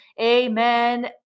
Amen